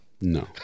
No